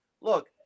look